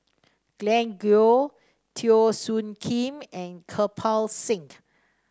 Glen Goei Teo Soon Kim and Kirpal Singh